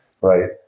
right